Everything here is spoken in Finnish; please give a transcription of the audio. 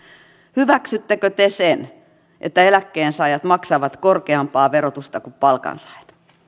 hyväksyttekö te sen että eläkkeensaajat maksavat korkeampaa verotusta kuin palkansaajat